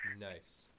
Nice